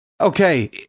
Okay